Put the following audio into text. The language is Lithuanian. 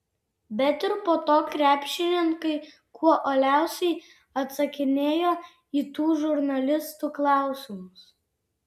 bet ir po to krepšininkai kuo uoliausiai atsakinėjo į tų žurnalistų klausimus